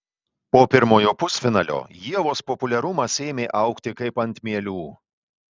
po pirmojo pusfinalio ievos populiarumas ėmė augti kaip ant mielių